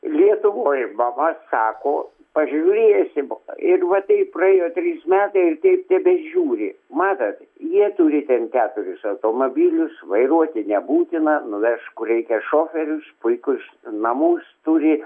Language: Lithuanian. lietuvoj mama sako pažiūrėsim ir va taip praėjo trys metai ir taip tebežiūri matot jie turi ten keturis automobilius vairuoti nebūtina nuveš kur reikia šoferius puikius namus turi